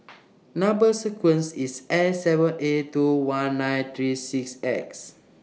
Number sequence IS S seven eight two one nine three six X